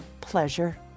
pleasure